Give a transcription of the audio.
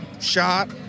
shot